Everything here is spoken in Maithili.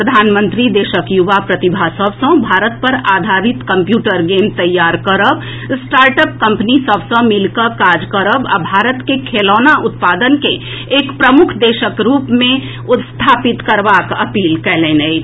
प्रधानमंत्री देशक युवा प्रतिभा सभ सँ भारत पर आधारित कम्प्यूटर गेम तैयार करब स्टार्टअप कंपनी सभ सँ मिलिकऽ काज करब आ भारत के खेलौना उत्पादन के एक प्रमुख देशक रूप मे स्थापित करबाक अपील कएलनि अछि